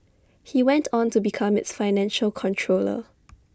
he went on to become its financial controller